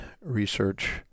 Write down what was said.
research